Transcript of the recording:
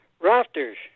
rafters